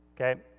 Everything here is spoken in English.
Okay